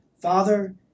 Father